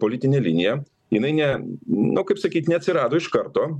politinė linija jinai ne nu kaip sakyt neatsirado iš karto